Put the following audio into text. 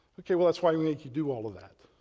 ok, well that's why we need to do all of that.